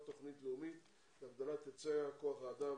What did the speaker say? תוכנית לאומית להגדלת היצע כוח האדם